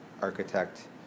architect